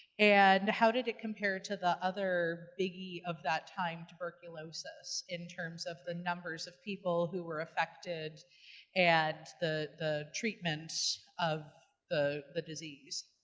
and how did it compare to the other biggie of that time, tuberculosis, in terms of the number of people who were affected and the the treatment of ah the disease?